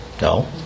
No